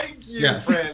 Yes